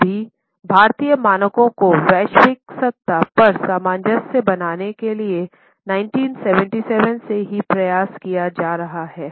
अभी भारतीय मानकों को वैश्विक स्तर पर सामंजस्य बनाने के लिए 1977 से ही प्रयास किया जा रहा है